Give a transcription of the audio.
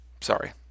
sorry